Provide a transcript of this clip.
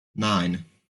nine